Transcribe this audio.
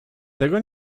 tego